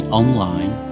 online